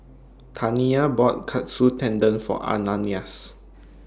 Tania bought Katsu Tendon For Ananias